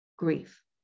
grief